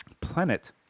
planet